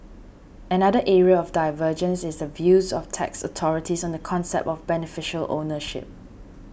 another area of divergence is the views of tax authorities on the concept of beneficial ownership